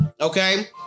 Okay